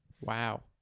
Wow